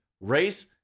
race